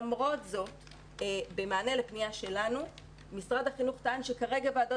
למרות זאת במענה לפנייה שלנו משרד החינוך טען שכרגע ועדות